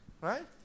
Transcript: Right